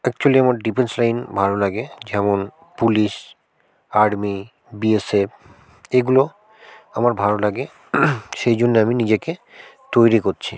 actually আমার defence line ভালো লাগে যেমন পুলিশ আর্মি বিএসএফ এইগুলো আমার ভালো লাগে সেই জন্যে আমি নিজেকে তৈরি করছি